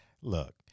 look